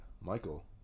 Michael